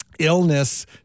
illness